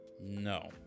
No